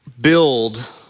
build